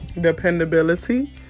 dependability